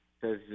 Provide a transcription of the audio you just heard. says